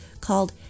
called